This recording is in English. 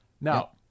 Now